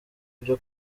byo